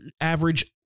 average